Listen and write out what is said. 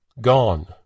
Gone